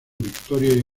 victoria